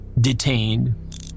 detained